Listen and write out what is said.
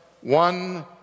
one